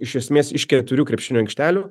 iš esmės iš keturių krepšinio aikštelių